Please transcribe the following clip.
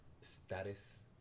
status